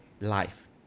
life